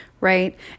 Right